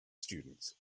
students